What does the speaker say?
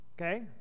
Okay